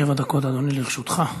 שבע דקות, אדוני, לרשותך.